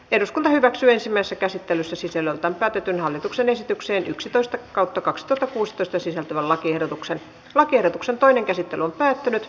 eduskunta hyväksyi vesikäsittelyssä siis ennalta päätetyn hallituksen esityksen yksitoista kautta kaks tarkkuus totesi tämän lakiehdotuksen lakiehdotuksen toinen käsittely on päättynyt